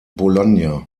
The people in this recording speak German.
bologna